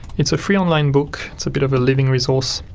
it's a free online book, it's a bit of a living resource